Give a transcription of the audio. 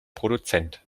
produzent